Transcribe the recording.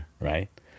right